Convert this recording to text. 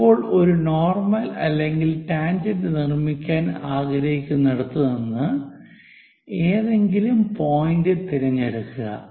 ഇപ്പോൾ ഒരു നോർമൽ അല്ലെങ്കിൽ ടാൻജെന്റ് നിർമ്മിക്കാൻ ആഗ്രഹിക്കുന്നിടത്ത് നിന്ന് ഏതെങ്കിലും പോയിന്റ് തിരഞ്ഞെടുക്കുക